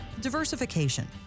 Diversification